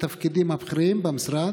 במשרדכם ומהו אחוזם בתפקידים הבכירים במשרד?